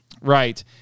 Right